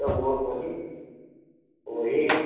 तऽ ओ ओहि ओहि